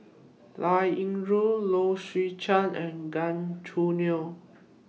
Liao Yingru Low Swee Chen and Gan Choo Neo